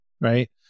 right